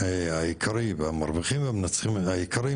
המרוויחים והמנצחים העיקריים,